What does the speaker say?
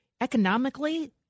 economically